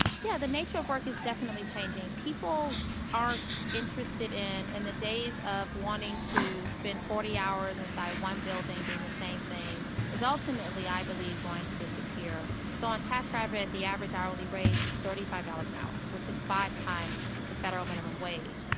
yeah, the nature of work is definitely changing. people aren't interested in and the days of wanting to spend forty hours inside one building doing the same thing is ultimately, i believe, going to disappear. so on taskrabbit, the average hourly wage is thirty five dollars an hour, which is five times the federal minimum wage.